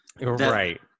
Right